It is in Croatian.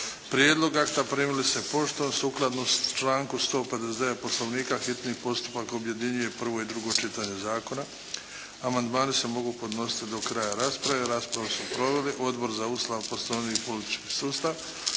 Prijedlog akta primili ste poštom. Sukladno članku 159. Poslovnika hitni postupak objedinjuje prvo i drugo čitanje zakona. Amandmani se mogu podnositi do kraja rasprave. Raspravu su proveli Odbor za Ustav, Poslovnik i politički sustav,